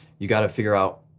you gotta figure out,